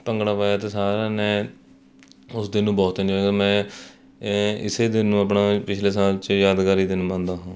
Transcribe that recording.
ਭੰਗੜਾ ਪਾਇਆ ਅਤੇ ਸਾਰਿਆਂ ਨੇ ਉਸ ਦਿਨ ਨੂੰ ਬਹੁਤ ਇੰਜੋਏ ਮੈਂ ਇਸ ਦਿਨ ਨੂੰ ਆਪਣਾ ਪਿਛਲੇ ਸਾਲ 'ਚ ਯਾਦਗਾਰੀ ਦਿਨ ਮੰਨਦਾ ਹਾਂ